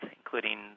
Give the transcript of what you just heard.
including